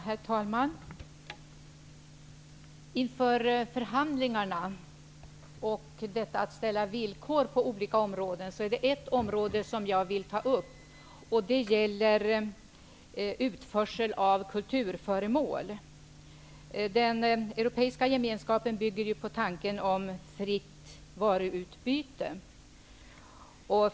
Herr talman! Inför förhandlingarna och våra möjligheter att ställa villkor på olika områden vill jag ta upp ett område, nämligen utförsel av kulturföremål. Den europeiska gemenskapen bygger ju på tanken om fritt varuutbyte.